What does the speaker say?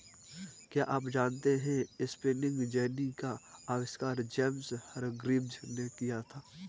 क्या आप जानते है स्पिनिंग जेनी का आविष्कार जेम्स हरग्रीव्ज ने किया?